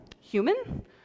human